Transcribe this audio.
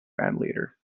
bandleader